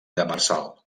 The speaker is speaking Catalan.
demersal